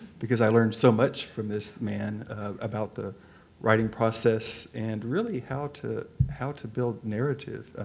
because i learned so much from this man about the writing process and really how to how to build narrative.